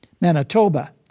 Manitoba